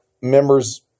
members